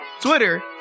Twitter